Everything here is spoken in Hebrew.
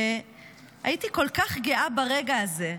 הייתי כל כך גאה ברגע הזה,